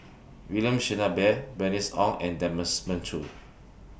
William Shellabear Bernice Ong and Demons Choo